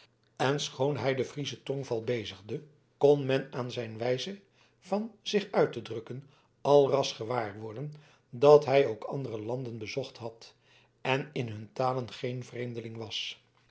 en schoon hij den frieschen tongval bezigde kon men aan zijn wijze van zich uit te drukken al ras gewaarworden dat hij ook andere landen bezocht had en in hun talen geen vreemdeling was